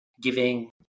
giving